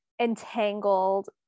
entangled